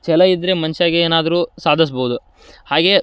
ಛಲ ಇದ್ದರೆ ಮನುಷ್ಯಗೆ ಏನಾದ್ರೂ ಸಾಧಿಸ್ಬೋದು ಹಾಗೇ